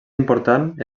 important